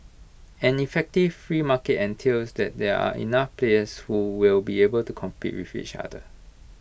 an effective free market entails that there are enough players who will be able to compete with each other